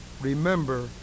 Remember